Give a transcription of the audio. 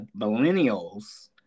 millennials